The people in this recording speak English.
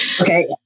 Okay